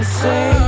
say